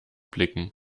blicken